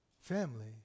Family